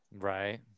Right